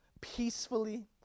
peacefully